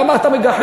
למה אתה מגחך?